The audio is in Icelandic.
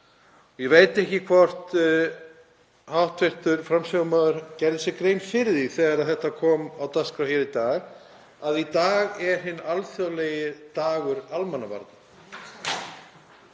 Ég veit ekki hvort hv. framsögumaður gerði sér grein fyrir því þegar málið kom á dagskrá hér í dag að í dag er hinn alþjóðlegi dagur almannavarna,